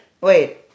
Wait